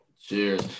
Cheers